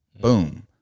Boom